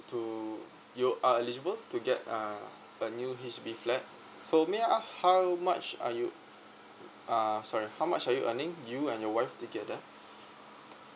to you are eligible to get uh a new H_D_B flat so may I ask how much are you uh sorry how much are you earning you and your wife together